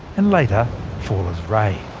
and later fall as rain.